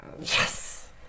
Yes